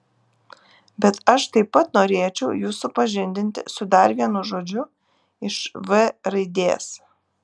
bet aš taip pat norėčiau jus supažindinti su dar vienu žodžiu iš v raidės